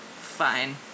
fine